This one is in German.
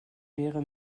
wäre